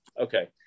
Okay